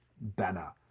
banner